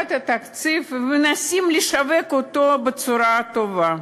בעת התקציב, מנסים לשווק אותו בצורה טובה.